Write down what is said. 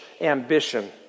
ambition